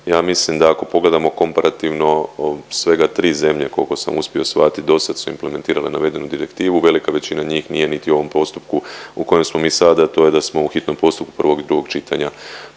Ja mislim da ako pogledamo komparativno svega tri zemlje koliko sam uspio shvatiti do sad su implementirale navedenu direktivu. Velika većina njih nije niti u ovom postupku u kojem smo mi sada, a to je da smo u hitnom postupku prvog i drugog čitanja